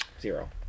Zero